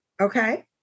Okay